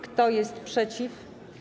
Kto jest przeciw?